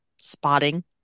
spotting